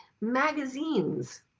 magazines